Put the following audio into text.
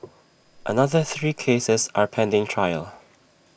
another three cases are pending trial